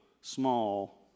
small